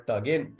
again